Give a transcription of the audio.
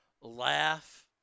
laugh